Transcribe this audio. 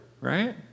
right